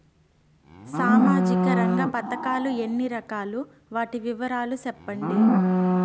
సామాజిక రంగ పథకాలు ఎన్ని రకాలు? వాటి వివరాలు సెప్పండి